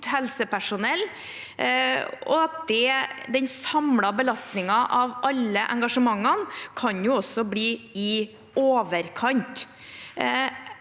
helsepersonell. Den samlede belastningen fra alle engasjementene kan jo også bli i overkant.